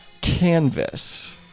canvas